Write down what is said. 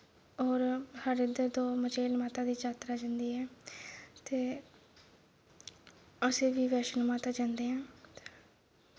होर साढ़े इद्धर तो मचेल माता दी जात्तरा जंदी ऐ ते असें बी बैष्णो माता जंदे आं